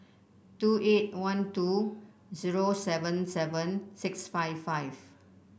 two eight one two zero seven seven six five five